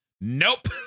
Nope